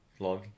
vlog